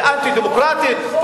זה אנטי-דמוקרטית?